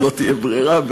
אם לא תהיה ברירה.